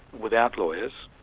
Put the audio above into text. without lawyers,